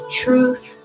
truth